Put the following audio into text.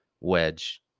wedge